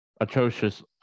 atrocious